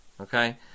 Okay